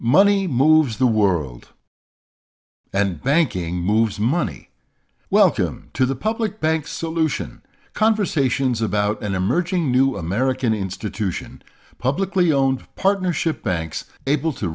money moves the world and banking moves money welcome to the public bank solution conversations about an emerging new american institution publicly owned partnership banks able to